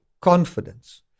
confidence